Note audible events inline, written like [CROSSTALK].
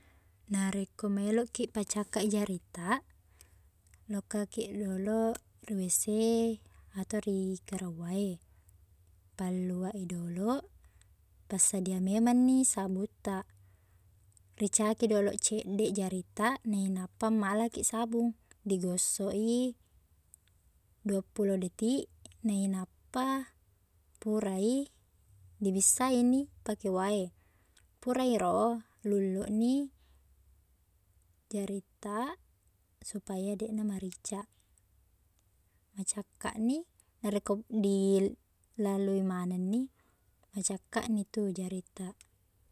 Narekko maeloqki pacakkaq jarittaq, lokkaki doloq ri WC e ato ri kran wae. Palluaq i doloq. Passedia memangni sabungtaq. Ricaki doloq ceddeq jarittaq nainappa malakiq sabung. Digosoq i duappuloh detik, nainappa pura i, dibissaini pake wae. Pura iyero, lulluni [HESITATION] jarittaq supaya deqna mariccaq. Macakkaqni. Narekko dilalo i manengni, macakkaqni tu jarittaq.